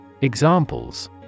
Examples